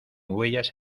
huellas